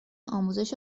آموزش